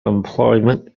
employment